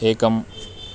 एकम्